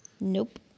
Nope